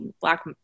Black